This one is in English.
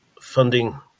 funding